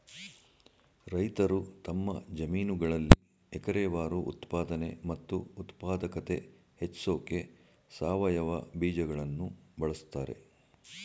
ರೈತರು ತಮ್ಮ ಜಮೀನುಗಳಲ್ಲಿ ಎಕರೆವಾರು ಉತ್ಪಾದನೆ ಮತ್ತು ಉತ್ಪಾದಕತೆ ಹೆಚ್ಸೋಕೆ ಸಾವಯವ ಬೀಜಗಳನ್ನು ಬಳಸ್ತಾರೆ